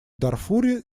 дарфуре